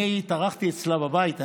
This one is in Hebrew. אני התארחתי אצלה בבית.